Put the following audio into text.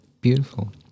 Beautiful